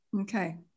Okay